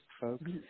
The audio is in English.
folks